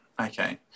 Okay